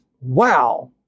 Wow